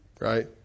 Right